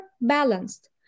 balanced